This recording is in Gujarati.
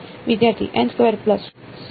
વિદ્યાર્થી